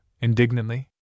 indignantly